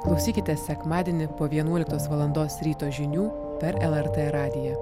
klausykitės sekmadienį po vienuoliktos valandos ryto žinių per lrt radiją